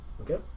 okay